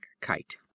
KITE